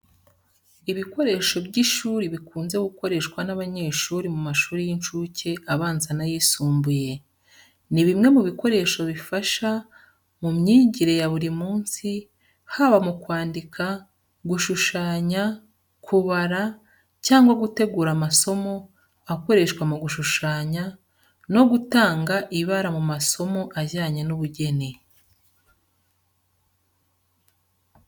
Ibikoresho by’ishuri bikunze gukoreshwa n’abanyeshuri mu mashuri y’inshuke, abanza n'ayisumbuye. Ni bimwe mu bikoresho bifasha mu myigire ya buri munsi, haba mu kwandika, gushushanya, kubara, cyangwa gutegura amasomo akoreshwa mu gushushanya no gutanga ibara mu masomo ajyanye n’ubugeni.